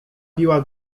biła